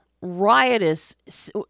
riotous